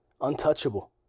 untouchable